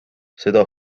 seda